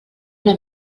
una